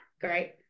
Great